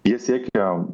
jie siekia